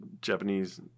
Japanese